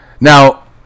Now